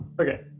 Okay